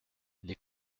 les